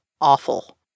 awful